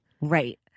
Right